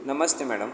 Namaste madam